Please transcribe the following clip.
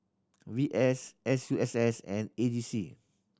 V S S U S S and A G C